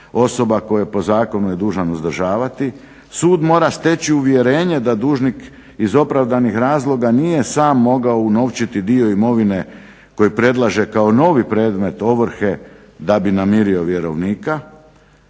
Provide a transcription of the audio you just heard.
osoba koje je po zakonu dužan uzdržavati. Sud mora steći uvjerenje da dužnik iz opravdanih razloga nije sam mogao unovčiti dio imovine koji predlaže kao novi predmet ovrhe da bi namirio vjerovnika.